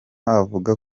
abavuga